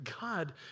God